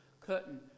curtain